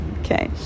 okay